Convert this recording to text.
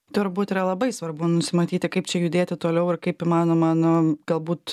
turbūt yra labai svarbu nusimatyti kaip čia judėti toliau ir kaip įmanoma nu galbūt